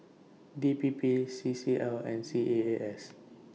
D P P C C L and C A A S